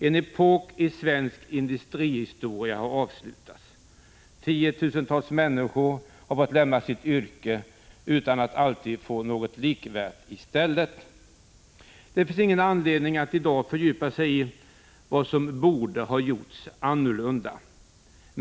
En epok i svensk industrihistoria avslutas. Tiotusentals människor har fått lämna sitt yrke utan att alltid få något likvärt i stället. Det finns ingen anledning att i dag fördjupa sig i vad som borde har gjorts annorlunda.